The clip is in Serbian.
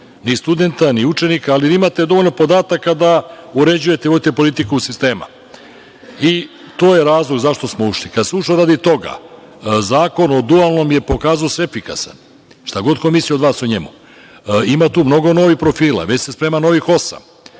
ni studenta, ni učenika, ali vi imate dovoljno podataka da uređujete i vodite politiku sistema. To je razlog zašto smo ušli. Kada smo ušli radi toga, Zakon o dualnom obrazovanju se pokazao efikasan, šta god ko mislio od vas o njemu. Ima tu mnogo novih profila, već se sprema novih